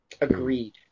Agreed